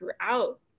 throughout